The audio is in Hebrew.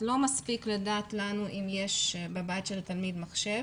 לא מספיק לדעת אם יש בבית של התלמיד מחשב